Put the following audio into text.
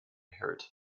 heritage